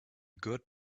good